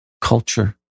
culture